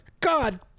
God